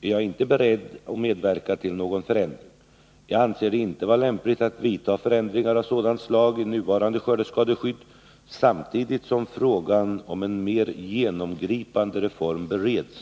är jag inte beredd att medverka till någon förändring. Jag anser det inte vara lämpligt att vidta förändringar av sådant slag i nuvarande skördeskadeskydd samtidigt som frågan om en mer genomgripande reform bereds.